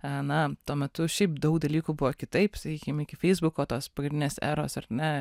na tuo metu šiaip daug dalykų buvo kitaip sakykim iki feisbuko tos pagrindinės eros ar ne